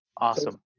Awesome